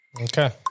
Okay